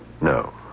no